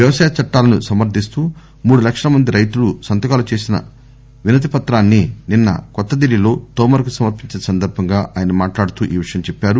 వ్యవసాయ చట్టాలను సమర్దిస్తూ మూడు లక్షల మంది రైతులు సంతకాలుసిన మెమోరాండంను నిన్న కొత్త ఢిల్లీలో తోమార్ కు సమర్పించిన సందర్బంగా ఆయన మాట్లాడుతూ ఈవిషయం చెప్పారు